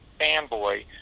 fanboy